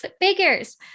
figures